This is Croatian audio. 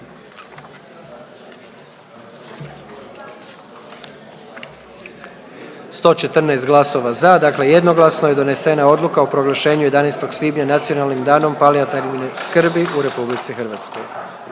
114 glasova za, dakle jednoglasno je donesena Odluka o proglašenju 11. svibnja Nacionalnim danom palijativne skrbi u Republici Hrvatskoj.